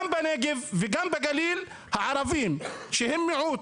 גם בנגב וגם בגליל הערבים, שהם מיעוט,